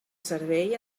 servei